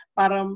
para